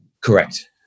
Correct